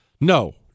No